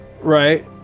Right